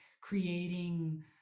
creating